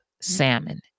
salmon